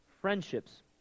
friendships